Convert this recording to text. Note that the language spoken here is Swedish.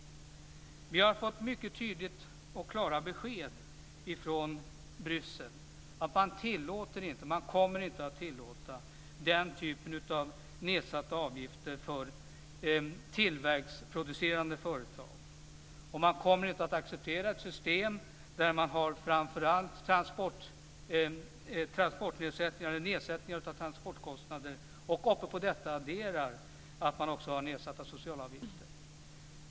Vi har fått mycket tydliga och klara besked från Bryssel att man inte kommer att tillåta den typen av nedsatta avgifter för tillverkningsproducerande företag. Man kommer inte att acceptera ett system där man framför allt har nedsättningar av transportkostnader och ovanpå detta adderar nedsatta sociala avgifter.